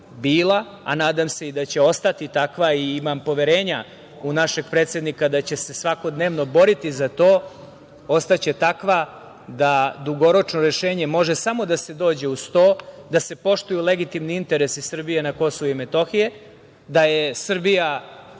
a nadam se i da će ostati takva i imam poverenja u našeg predsednika da će se svakodnevno boriti za to, da do dugoročnog rešenja može samo da se dođe uz to da se poštuju legitimni interesi Srbije na KiM, da je Srbija